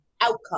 outcome